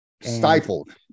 Stifled